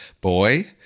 Boy